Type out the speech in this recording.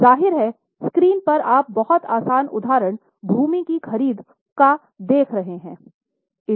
जाहिर है स्क्रीन पर आप बहुत आसान उदाहरण भूमि की ख़रीद का देख सकते हैं है